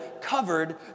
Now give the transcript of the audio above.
covered